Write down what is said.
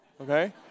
okay